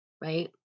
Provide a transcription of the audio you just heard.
right